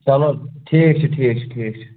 چلو ٹھیٖک چھُ ٹھیٖک چھُ ٹھیٖک چھُ